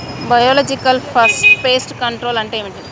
Biological pest control అంటే ఏమిటి?